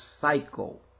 cycle